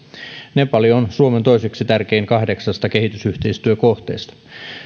nepal on suomen toiseksi tärkein kahdeksasta kehitysyhteistyökohteesta